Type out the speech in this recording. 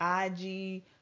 IG